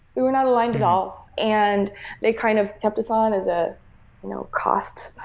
we were not aligned at all, and they kind of kept us on as a you know cost,